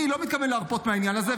אני לא מתכוון להרפות מהעניין הזה.